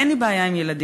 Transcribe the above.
אין לי בעיה עם ילדים,